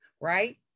right